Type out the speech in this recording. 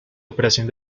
operación